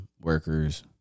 workers